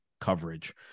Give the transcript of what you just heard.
coverage